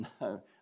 no